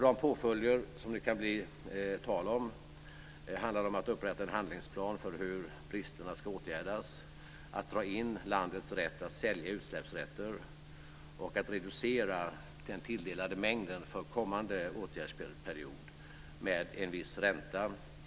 De påföljder som det kan bli tal om är att upprätta en handlingsplan för hur bristerna ska åtgärdas, att dra in landets rätt att sälja utsläppsrätter och att reducera den tilldelade mängden för kommande åtgärdperiod med en viss "ränta".